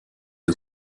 you